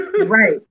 Right